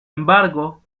embargo